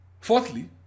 Fourthly